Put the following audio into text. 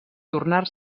tornar